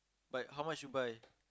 like how much you buy